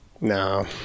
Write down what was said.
No